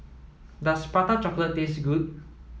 does prata chocolate taste good